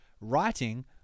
writing